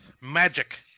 Magic